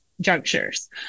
junctures